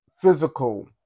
physical